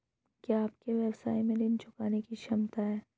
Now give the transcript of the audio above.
क्या आपके व्यवसाय में ऋण चुकाने की क्षमता है?